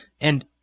and—